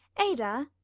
ada.